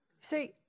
See